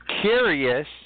curious